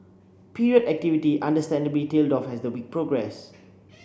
period activity understandably tailed off as the week progressed